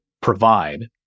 provide